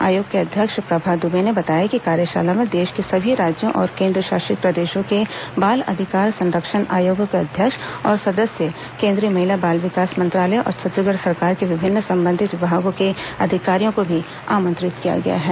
आयोग की अध्यक्ष प्रभा दुबे ने बताया कि कार्यशाला में देश के सभी राज्यों और केन्द्र शासित प्रदेशों के बाल अधिकार संरक्षण आयोगों के ्अध्यक्ष और सदस्य केन्द्रीय महिला बाल विकास मंत्रालय और छत्तीसगढ़ सरकार के विभिन्न संबंधित विभागों के अधिकारियों को भी आमंत्रित किया गया है